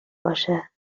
باشه